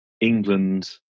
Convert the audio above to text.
England